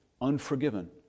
unforgiven